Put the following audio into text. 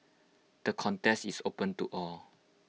the contest is open to all